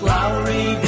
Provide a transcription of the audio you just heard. Lowry